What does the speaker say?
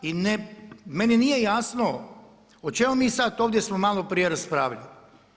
I meni nije jasno o čemu mi sada ovdje smo malo prije raspravljali.